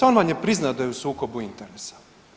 On vam je priznao da je u sukobu interesa.